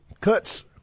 cuts